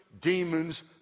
demons